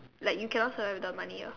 like you cannot survive without money ah